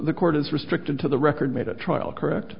the court is restricted to the record made a trial correct